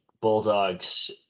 Bulldogs